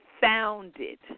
founded